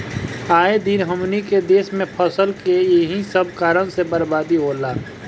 आए दिन हमनी के देस में फसल के एही सब कारण से बरबादी होला